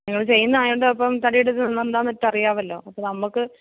നിങ്ങൾ ചെയ്യുന്നത് ആയോണ്ട് അപ്പം തടീടിത് എന്താന്ന് വെച്ചാൽ അറിയാമല്ലോ അപ്പം നമുക്ക്